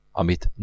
amit